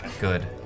Good